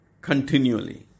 continually